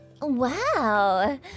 Wow